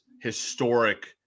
historic